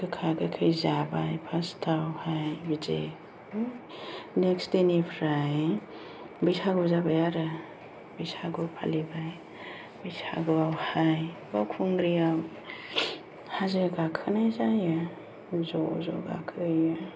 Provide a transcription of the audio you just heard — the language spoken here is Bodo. गोखा गोखै जाबाय फार्स्ताव बिदि नेक्स्ट देनिफ्राय बैसागु जाबाय आरो बैसागु फालिबाय बैसागुआवहाय बावखुंग्रिआव हाजो गाखोनाय जायो ज' ज' गाखोहैयो